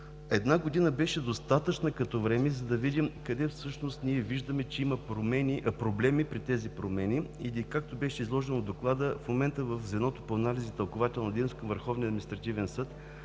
Една година беше достатъчна като време, за да видим къде всъщност има проблеми при тези промени. Или както беше изложено в Доклада, в момента в Звеното по анализ и тълкувателна дейност към Върховния административен съд